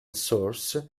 source